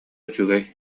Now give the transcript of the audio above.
үчүгэй